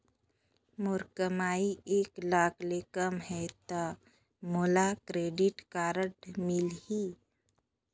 मोर कमाई एक लाख ले कम है ता मोला क्रेडिट कारड मिल ही?